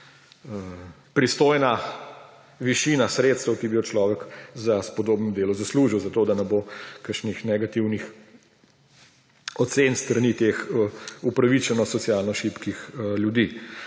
dostojna višina sredstev, ki bi jo človek za spodobno delo zaslužil, zato da ne bo kakšnih negativnih ocen s strani teh upravičeno socialno šibkih ljudi.